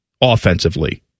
offensively